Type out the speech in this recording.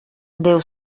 deu